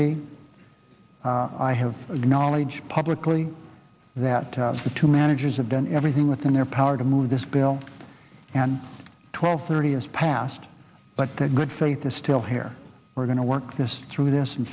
be i have knowledge publicly that the two managers have done everything within their power to move this bill and twelve thirty has passed but the good faith is still here we're going to work this through this and